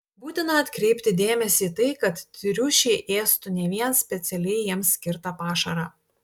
būtina atkreipti dėmesį į tai kad triušiai ėstų ne vien specialiai jiems skirtą pašarą